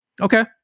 Okay